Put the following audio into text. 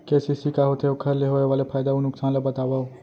KCC का होथे, ओखर ले होय वाले फायदा अऊ नुकसान ला बतावव?